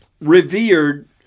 revered